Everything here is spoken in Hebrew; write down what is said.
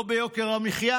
לא ביוקר המחיה.